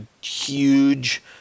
huge